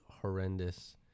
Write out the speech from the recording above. horrendous